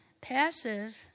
Passive